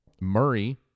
Murray